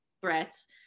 threats